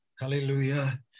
hallelujah